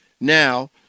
now